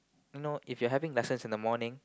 you know if you're having lessons in the morning